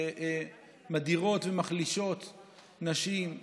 שמדירות ומחלישות נשים,